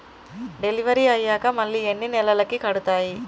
Delivery అయ్యాక మళ్ళీ ఎన్ని నెలలకి కడుతాయి?